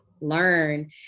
learn